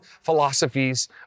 philosophies